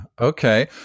Okay